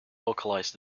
localised